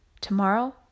tomorrow